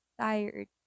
tired